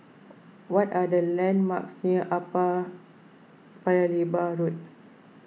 what are the landmarks near Upper Paya Lebar Road